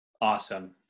awesome